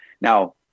Now